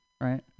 right